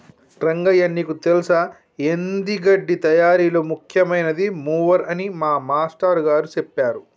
రంగయ్య నీకు తెల్సా ఎండి గడ్డి తయారీలో ముఖ్యమైనది మూవర్ అని మా మాష్టారు గారు సెప్పారు